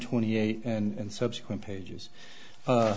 twenty eight and subsequent pages